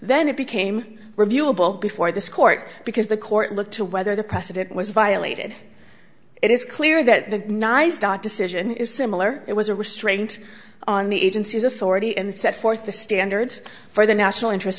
then it became reviewable before this court because the court look to whether the president was violated it is clear that the nice dock decision is similar it was a restraint on the agency's authority and set forth the standards for the national interest